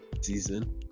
season